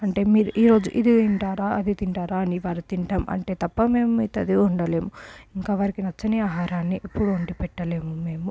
అంటే మీరు ఈరోజు ఇది తింటారా అది తింటారా అని వారు తింటాము అంటే తప్ప మేం మిగతాది వండలేము ఇంకా వారికి నచ్చని ఆహారాన్ని ఎప్పుడూ వండి పెట్టలేము మేము